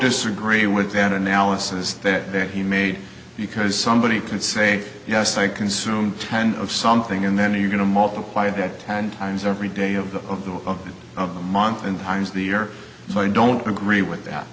disagree with that analysis that he made because somebody can say yes i consume ten of something and then you're going to multiply that ten times every day of the of the of the of the month and times of the year so i don't agree with that